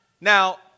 Now